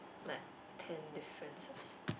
like ten differences